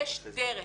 יש דרך.